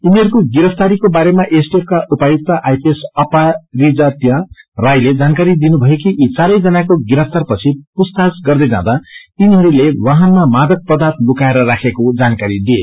यिनीहरूको गिरफ्तारीको बारेमा एसटिएफ का उपायुक्त आईपीएस अपराजिता रायले जानकारी दिनुभयो कि यी चारै जनाको गिरफ्तार पछि पूछताछ गर्दै जाँदा यिनीहरूले नै वाहनामा मादक पदार्थ लुकाएर राखेको जानकारी दिए